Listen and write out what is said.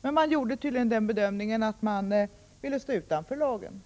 Men de gjorde tydligen den bedömningen att de ville stå utanför lagen.